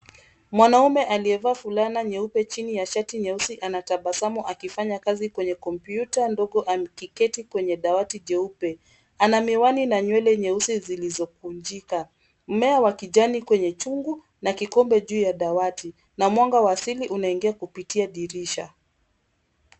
Mwanaume aliyevaa fulana nyeupe chini ya shati nyeusi anatabasamu akifanya kazi kwenye kompyuta ndogo amkiketi kwenye dawati jeupe. Ana miwani na nywele nyeusi zilizokunjika. Mmea wa kijani kwenye chungu, na kikombe juu ya dawati. Na mwanga wa asili unaingia kupitia dirisha.